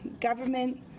government